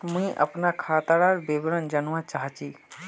मुई अपना खातादार विवरण जानवा चाहची?